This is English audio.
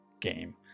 game